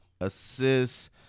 Assists